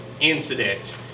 incident